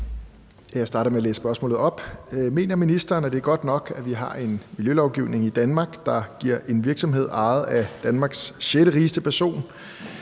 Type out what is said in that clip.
Jeg starter med at læse spørgsmålet op: Mener ministeren, at det er godt nok, at vi har en miljølovgivning i Danmark, der giver en virksomhed ejet af Danmarks sjetterigeste person